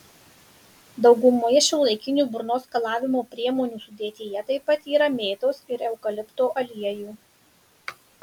daugumoje šiuolaikinių burnos skalavimo priemonių sudėtyje taip pat yra mėtos ir eukalipto aliejų